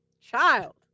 Child